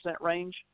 range